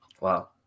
Wow